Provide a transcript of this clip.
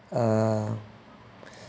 uh